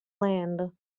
land